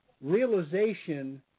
realization